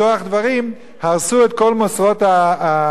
הרסו את כל מוסרות השלטון בבית,